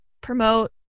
promote